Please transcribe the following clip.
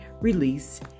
release